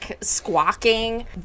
squawking